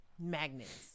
magnets